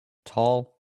tall